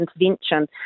intervention